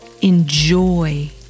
Enjoy